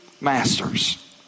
masters